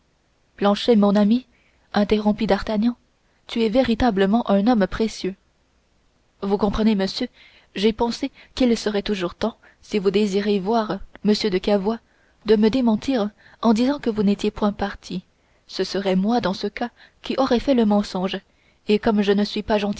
planchet mon ami interrompit d'artagnan tu es véritablement un homme précieux vous comprenez monsieur j'ai pensé qu'il serait toujours temps si vous désirez voir m de cavois de me démentir en disant que vous n'étiez point parti ce serait moi dans ce cas qui aurais fait le mensonge et comme je ne suis pas